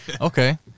okay